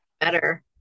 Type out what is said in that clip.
better